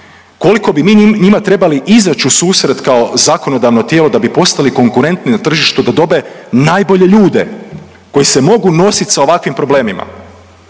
koliko bi mi njima trebali izać u susret kao zakonodavno tijelo da bi postali konkurentni na tržištu da dobe najbolje ljude koji se mogu nosit sa ovakvim problemima